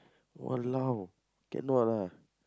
!walao! cannot lah